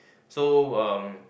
so uh